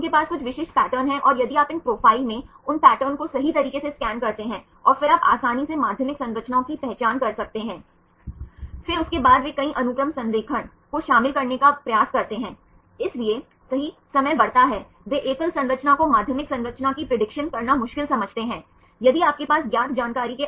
तो आप टर्न्स या बेंड्स देख सकते हैं क्योंकि यदि हमारे पास कोई दूसरा नियमित माध्यमिक संरचना हेलिक्स या स्ट्रैंड है यदि आप दिशा बदलना चाहते हैं